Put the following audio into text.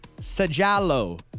Sajalo